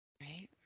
right